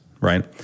right